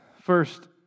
First